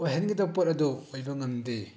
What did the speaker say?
ꯑꯣꯏꯍꯟꯒꯗꯕ ꯄꯣꯠ ꯑꯗꯣ ꯑꯣꯏꯕ ꯉꯝꯗꯦ